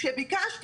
כשביקשתי,